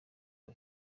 ubu